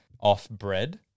off-bread